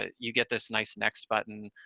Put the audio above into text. ah you get this nice next button.